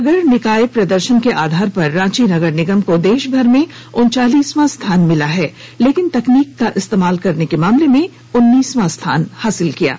नगर निकाय प्रदर्शन के आधार पर रांची नगर निगम को देशभर में उनचालीसवां स्थान मिला है लेकिन तकनीक का इस्तेमाल करने के मामले में उन्नीसवां स्थान मिला है